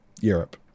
Europe